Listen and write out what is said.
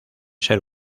ser